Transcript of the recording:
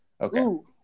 okay